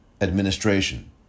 Administration